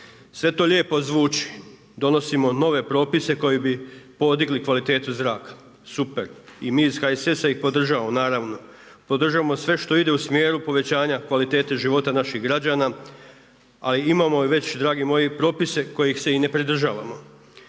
Sve to lijepo zvuči, donosimo nove propise koji bi podigli kvalitetu zraka, super. I mi iz HSS-a ih podržavamo, naravno. Podržavamo sve što ide u smjeru povećanja kvalitete života naših građana a imamo i već dragi moji i propise kojih se i ne pridržavamo.